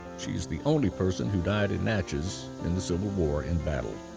she is the only person who died at natchez in the civil war in battle.